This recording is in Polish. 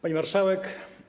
Pani Marszałek!